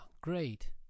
great